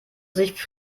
sich